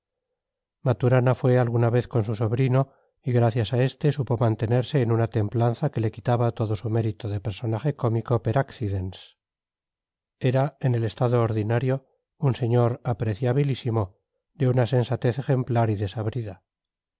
maturana fue alguna vez con su sobrino y gracias a este supo mantenerse en una templanza que le quitaba todo su mérito de personaje cómico per accidens era en el estado ordinario un señor apreciabilísimo de una sensatez ejemplar y desabrida